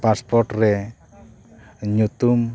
passport ᱨᱮ ᱧᱩᱛᱩᱢ